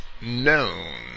known